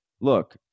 look